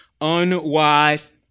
unwise